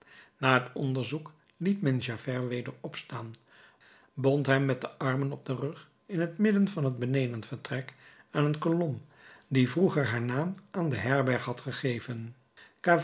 na het onderzoek liet men javert weder opstaan bond hem met de armen op den rug in het midden van het benedenvertrek aan een kolom die vroeger haar naam aan de herberg had gegeven